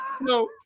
No